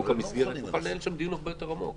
חוק המסגרת, נוכל לנהל שם דיון הרבה יותר עמוק,